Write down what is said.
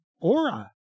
aura